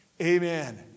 Amen